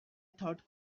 thought